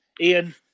Ian